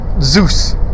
Zeus